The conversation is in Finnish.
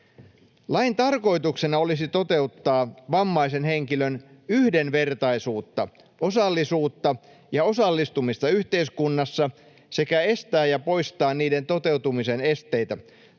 Lain tarkoituksena olisi toteuttaa vammaisen henkilön yhdenvertaisuutta, osallisuutta ja osallistumista yhteiskunnassa sekä estää ja poistaa niiden toteutumisen esteitä,